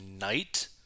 night